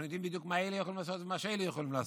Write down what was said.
אנחנו יודעים בדיוק מה אלה יכולים לעשות ומה אלה יכולים לעשות.